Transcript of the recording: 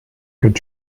could